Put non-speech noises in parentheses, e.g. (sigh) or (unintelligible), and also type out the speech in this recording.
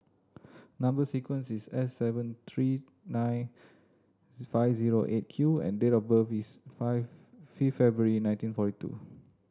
number sequence is S seven three nine (unintelligible) five zero Eight Q and date of birth is five (unintelligible) February nineteen forty two